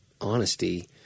honesty